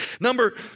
Number